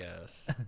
yes